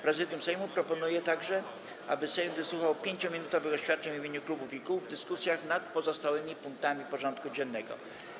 Prezydium Sejmu proponuje także, aby Sejm wysłuchał 5-minutowych oświadczeń w imieniu klubów i kół w dyskusjach nad pozostałymi punktami porządku dziennego.